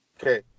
okay